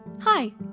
Hi